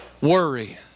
Worry